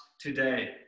today